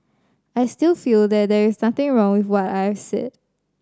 I still feel that there is nothing wrong with what I've said